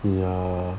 ya